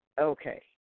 Okay